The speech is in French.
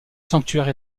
sanctuaire